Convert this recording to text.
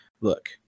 look